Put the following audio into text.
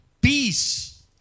Peace